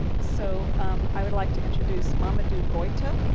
so um i would like to introduce mamadou goita,